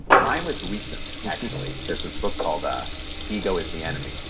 mine was recent, actually. there's this book called ah ego is the enemy.